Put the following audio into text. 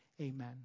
Amen